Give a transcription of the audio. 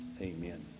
Amen